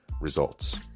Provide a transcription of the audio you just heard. results